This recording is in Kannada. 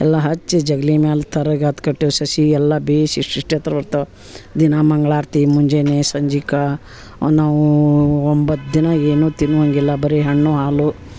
ಎಲ್ಲ ಹಚ್ಚಿ ಜಗಲಿ ಮ್ಯಾಲೆ ತರಗ್ ಅತ್ಕಟ್ಟಿ ಸಸಿ ಎಲ್ಲ ಬೇಯ್ಸಿ ಇಷ್ಟಿಷ್ಟು ಎತ್ತರ ಇರ್ತಾವೆ ದಿನ ಮಂಗಳಾರ್ತಿ ಮುಂಜಾನೆ ಸಂಜಿಕ ನಾವೂ ಒಂಬತ್ತು ದಿನ ಏನೂ ತಿನ್ನುವಂಗಿಲ್ಲ ಬರಿ ಹಣ್ಣು ಹಾಲು